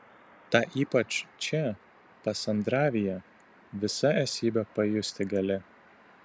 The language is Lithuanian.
tą ypač čia pasandravyje visa esybe pajusti gali